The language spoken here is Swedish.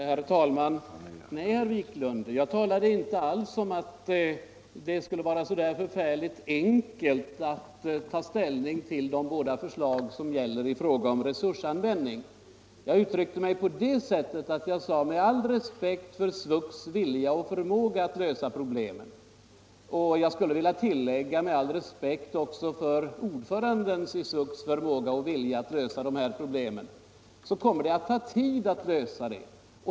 Herr talman! Nej, herr Wiklund, jag sade inte alls att det skulle vara så förfärligt enkelt att ta ställning till de båda förslag som gäller resursanvändningen. Jag uttryckte mig på det sättet att med all respekt för SVUX vilja och förmåga att lösa problemen — och jag skulle vilja tillägga med all respekt också för ordförandens i SVUX vilja och förmåga att lösa problemen — så kommer det att ta tid att lösa dem.